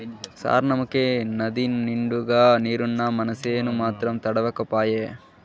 సార్నముకే నదినిండుగా నీరున్నా మనసేను మాత్రం తడవక పాయే